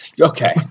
Okay